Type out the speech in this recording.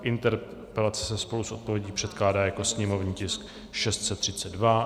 Interpelace se spolu s odpovědí předkládá jako sněmovní tisk 632.